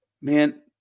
Man